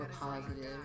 positive